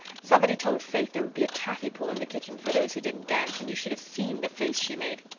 somebody told faith there would be a taffy-pull in the kitchen for those who didn't dance and you should have seen the face she made.